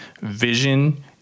vision